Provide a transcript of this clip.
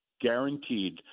guaranteed